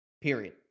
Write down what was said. Period